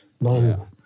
No